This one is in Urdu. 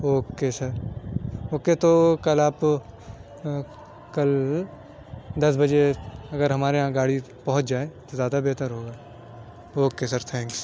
اوکے سر اوکے تو کل آپ کل دس بجے اگر ہمارے یہاں گاڑی پہنچ جائے تو زیادہ بہتر ہوگا او کے سر تھینکس